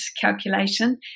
calculation